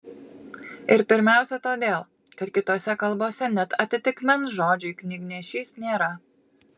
ir pirmiausia todėl kad kitose kalbose net atitikmens žodžiui knygnešys nėra